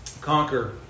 conquer